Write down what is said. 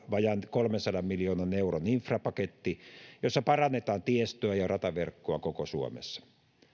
vajaan kolmensadan miljoonan euron infrapaketti jossa parannetaan tiestöä ja rataverkkoa koko suomessa